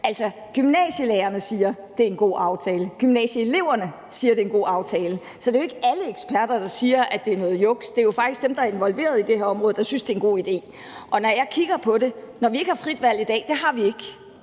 Gymnasielærerne siger, det er en god aftale; gymnasieeleverne siger, det er en god aftale. Så det er jo ikke alle eksperter, der siger, at det er noget juks. Det er jo faktisk dem, der er involveret i det her område, der synes, det er en god idé. Og vi har ikke frit valg i dag – det har vi ikke.